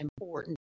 important